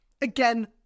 Again